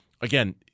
again